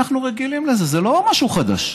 אנחנו רגילים לזה, זה לא משהו חדש.